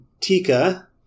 Tika